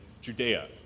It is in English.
Judea